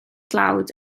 dlawd